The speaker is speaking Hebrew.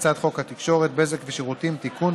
להצעת חוק התקשורת (בזק ושידורים תיקון,